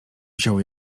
wziął